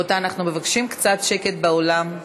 רבותי, אנחנו מבקשים קצת שקט באולם.